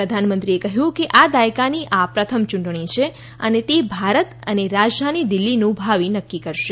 પ્રધાનમંત્રીએ કહ્યું કે આ દાયકાની આ પ્રથમ ચૂંટણી છે અને તે ભારત અને રાજધાની દિલ્ફીનું ભાવિ નક્કી કરશે